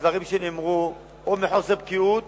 הדברים נאמרו או מחוסר בקיאות